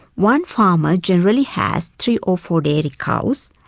one farmer generally has three or four dairy cows,